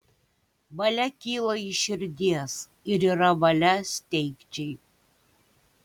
valia kyla iš širdies ir yra valia steigčiai